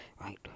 right